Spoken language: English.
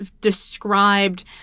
described